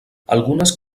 algunes